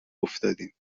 افتادیم